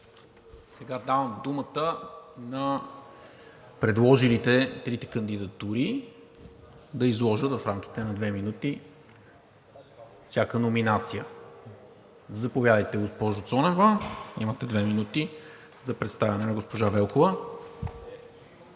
сега на трите предложени кандидатури да изложат в рамките на две минути всяка номинация. Заповядайте, госпожо Цонева – имате две минути за представянето на госпожа Велкова.